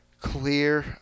clear